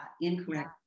incorrect